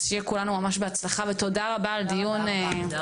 אז שיהיה לכולנו בהצלחה ותודה רבה.